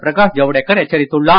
பிரகாஷ் ஜவடேகர் எச்சரித்துள்ளார்